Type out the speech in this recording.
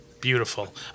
Beautiful